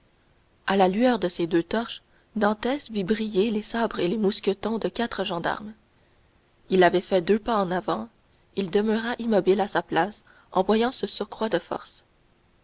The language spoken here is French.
à la lueur de ces deux torches dantès vit briller les sabres et les mousquetons de quatre gendarmes il avait fait deux pas en avant il demeura immobile à sa place en voyant ce surcroît de force